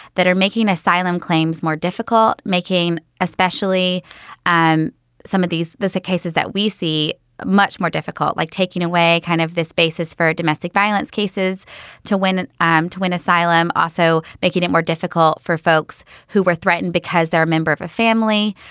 that are making asylum claims more difficult, making especially and some of these cases that we see much more difficult, like taking away kind of this basis for domestic violence cases to win um to win asylum also making it more difficult for folks who were threatened because they're a member of a family,